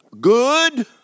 good